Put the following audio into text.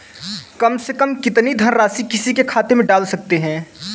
कम से कम कितनी धनराशि किसी के खाते में डाल सकते हैं?